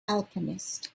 alchemist